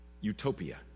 utopia